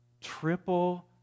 triple